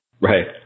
Right